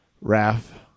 Raf